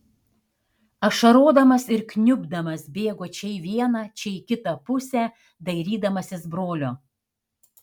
ašarodamas ir kniubdamas bėgo čia į vieną čia į kitą pusę dairydamasis brolio